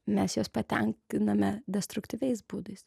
mes juos patenkiname destruktyviais būdais